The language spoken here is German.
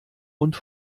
und